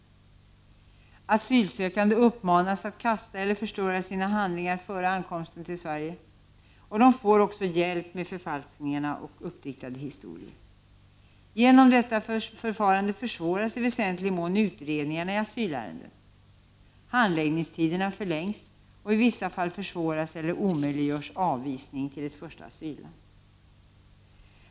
Asylsökande uppmanas att kasta eller förstöra sina handlingar före ankomsten till Sverige, och de får också hjälp med förfalskningar och uppdiktade historier. Genom detta förfarande försvåras i väsentlig mån utredningarna i asylärendena. Handläggningstiderna förlängs, och i vissa fall försvåras eller omöjliggörs avvisning till ett första asylland.